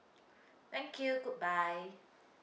thank you goodbye